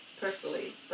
personally